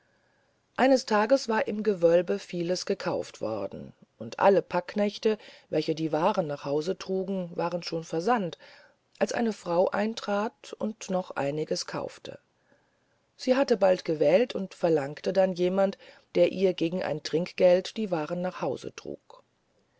eines tages war im gewölbe vieles gekauft worden und alle packknechte welche die waren nach hause trugen waren schon versandt als eine frau eintrat und noch einiges kaufte sie hatte bald gewählt und verlangte dann jemand der ihr gegen ein trinkgeld die waren nach hause trage